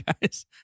guys